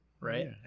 right